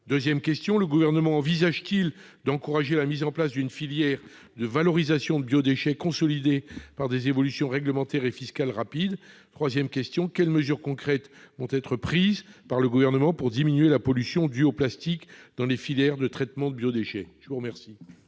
2ème question : le gouvernement envisage-t-il donc courage et la mise en place d'une filière de valorisation biodéchets consolidé par des évolutions réglementaires et fiscales rapide 3ème question : quelles mesures concrètes vont être prises par le gouvernement pour diminuer la pollution due au plastique dans les filières de traitements biodéchets je vous remercie.